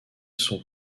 son